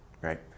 Right